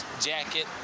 jacket